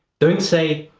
don't say,